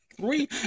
three